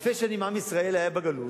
אלפי שנים עם ישראל היה בגלות,